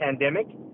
pandemic